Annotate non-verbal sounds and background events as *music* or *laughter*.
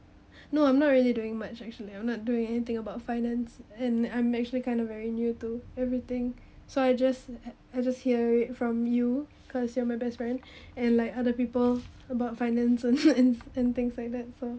*breath* no I'm not really doing much actually I'm not doing anything about finance and I'm actually kind of very new to everything so I just I just hear it from you cause you're my best friend *breath* and like other people about finances *laughs* and and things like that so